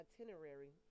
itinerary